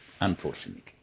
unfortunately